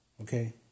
Okay